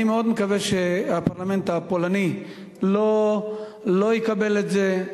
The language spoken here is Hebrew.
אני מקווה מאוד שהפרלמנט של פולין לא יקבל את זה,